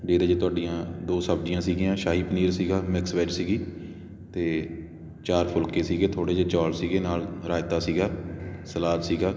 ਜਿਹਦੇ 'ਚ ਤੁਹਾਡੀਆਂ ਦੋ ਸਬਜ਼ੀਆਂ ਸੀਗੀਆਂ ਸ਼ਾਹੀ ਪਨੀਰ ਸੀਗਾ ਮਿਕਸ ਵੈੱਜ ਸੀਗੀ ਅਤੇ ਚਾਰ ਫੁਲਕੇ ਸੀਗੇ ਥੋੜ੍ਹੇ ਜਿਹੇ ਚੌਲ ਸੀਗੇ ਨਾਲ ਰਾਇਤਾ ਸੀਗਾ ਸਲਾਦ ਸੀਗਾ